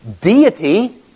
deity